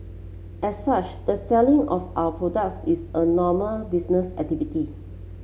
as such the selling of our products is a normal business activity